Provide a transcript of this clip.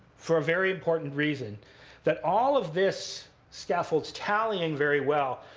for a very important reason that all of this scaffolds tallying very well,